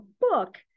book